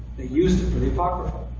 they used it for the apocrypha.